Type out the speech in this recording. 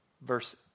Verse